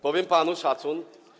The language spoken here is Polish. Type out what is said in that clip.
Powiem panu: szacun.